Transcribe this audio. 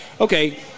okay